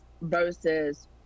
versus